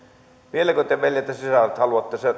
vieläkö te veljet ja sisaret haluatte